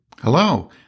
Hello